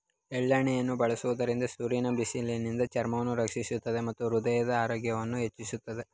ಎಳ್ಳೆಣ್ಣೆಯನ್ನು ಬಳಸುವುದರಿಂದ ಸೂರ್ಯನ ಬಿಸಿಲಿನಿಂದ ಚರ್ಮವನ್ನು ರಕ್ಷಿಸುತ್ತದೆ ಮತ್ತು ಹೃದಯದ ಆರೋಗ್ಯವನ್ನು ಹೆಚ್ಚಿಸುತ್ತದೆ